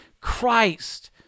Christ